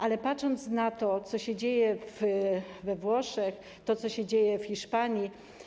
Ale patrząc na to, co się dzieje we Włoszech, co się dzieje w Hiszpanii.